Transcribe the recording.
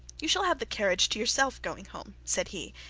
you shall have the carriage to yourself going home said he,